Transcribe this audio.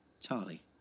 Charlie